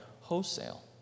wholesale